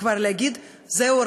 וכבר להגיד: זהו,